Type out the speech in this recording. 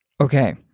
Okay